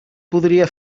podria